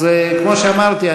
אז כמו שאמרתי,